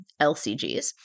LCGs